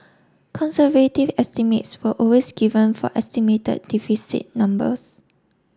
conservative estimates were always given for estimated deficit numbers